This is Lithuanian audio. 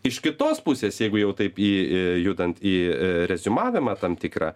iš kitos pusės jeigu jau taip į judant į reziumavimą tam tikrą